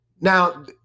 Now